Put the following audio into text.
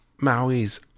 Maui's